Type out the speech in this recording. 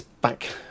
back